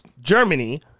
Germany